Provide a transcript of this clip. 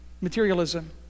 materialism